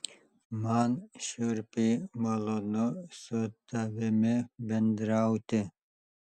man šiurpiai malonu su tavimi bendrauti